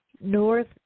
North –